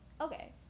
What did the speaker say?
okay